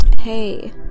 hey